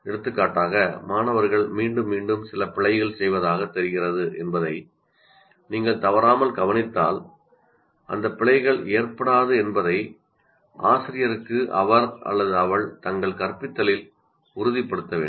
எடுத்துக்காட்டாக மாணவர்கள் மீண்டும் மீண்டும் சில பிழைகள் செய்வதாகத் தெரிகிறது என்பதை நீங்கள் தவறாமல் கவனித்தால் அந்த பிழைகள் ஏற்படாது என்பதை ஆசிரியருக்கு அவர் அல்லது அவள் தங்கள் கற்பித்தலில் உறுதிப்படுத்த வேண்டும்